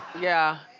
yeah.